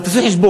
אבל תעשו חשבון,